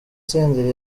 senderi